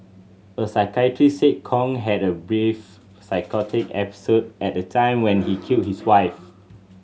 a psychiatrist said Kong had a brief psychotic episode at the time when he killed his wife